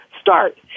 start